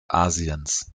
asiens